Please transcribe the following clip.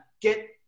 Get